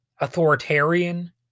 authoritarian